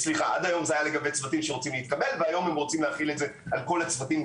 בתקשורת התבשרנו שהיום הם רוצים להחיל את זה על כל הצוותים,